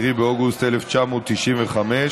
10 באוגוסט 1995,